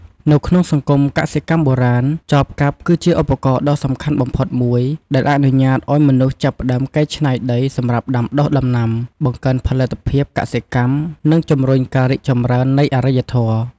នៅក្នុងសង្គមកសិកម្មបុរាណ ចបកាប់គឺជាឧបករណ៍ដ៏សំខាន់បំផុតមួយ ដែលអនុញ្ញាតឱ្យមនុស្សចាប់ផ្ដើមកែច្នៃដីសម្រាប់ដាំដុះដំណាំ បង្កើនផលិតភាពកសិកម្ម និងជំរុញការរីកចម្រើននៃអរិយធម៌។